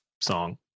song